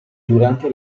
durante